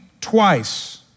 twice